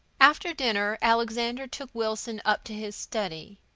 after dinner alexander took wilson up to his study.